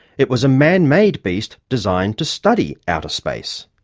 it was a man-made beast designed to study outer space.